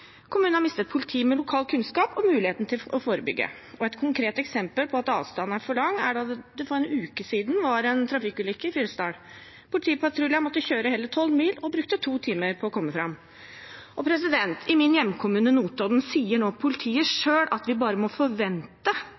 Kommunen har mistet politi med lokal kunnskap og muligheten til å forebygge. Et konkret eksempel på at avstanden er for lang, er da det for en uke siden var en trafikkulykke i Fyresdal. Politipatruljen måtte kjøre hele tolv mil og brukte to timer på å komme fram. I min hjemkommune, Notodden, sier nå politiet selv at vi bare må forvente